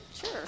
Sure